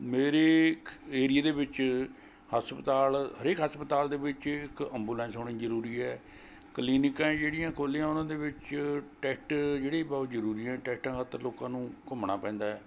ਮੇਰੀ ਖ ਏਰੀਏ ਦੇ ਵਿੱਚ ਹਸਪਤਾਲ ਹਰੇਕ ਹਸਪਤਾਲ ਦੇ ਵਿੱਚ ਇੱਕ ਅਂਬੂਲੈਂਸ ਹੋਣੀ ਜ਼ਰੂਰੀ ਹੈ ਕਲੀਨਿਕਾਂ ਏ ਜਿਹੜੀਆਂ ਖੋਲ੍ਹੀਆਂ ਉਹਨਾਂ ਦੇ ਵਿੱਚ ਟੈਸਟ ਜਿਹੜੀ ਬਹੁਤ ਜ਼ਰੂਰੀ ਹੈ ਟੈਸਟਾਂ ਖਾਤਰ ਲੋਕਾਂ ਨੂੰ ਘੁੰਮਣਾ ਪੈਂਦਾ ਹੈ